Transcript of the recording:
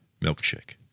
milkshake